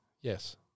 Yes